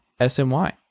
SMY